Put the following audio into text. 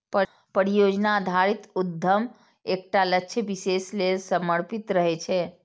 परियोजना आधारित उद्यम एकटा लक्ष्य विशेष लेल समर्पित रहै छै